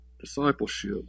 discipleship